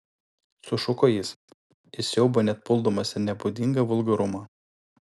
sušuko jis iš siaubo net puldamas į nebūdingą vulgarumą